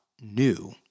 new